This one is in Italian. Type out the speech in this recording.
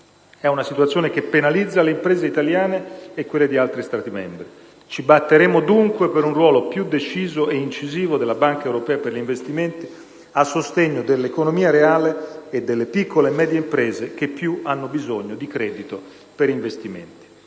È una situazione che penalizza le imprese italiane e quelle di altri Stati membri. Ci batteremo, dunque, per un ruolo più deciso e incisivo della Banca europea per gli investimenti a sostegno dell'economia reale e delle piccole e medie imprese, che più hanno bisogno di credito per investimenti.